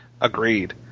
Agreed